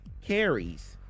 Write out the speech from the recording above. carries